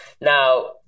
Now